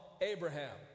Abraham